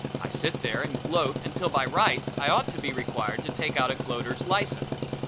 i sit there and gloat until by rights i ought to be required to take out a gloater's license.